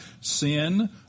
Sin